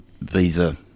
visa